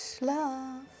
Love